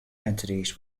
entities